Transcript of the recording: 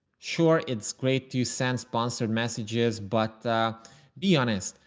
sure. it's great to send sponsored messages, but be honest.